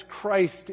Christ